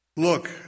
Look